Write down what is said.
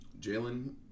Jalen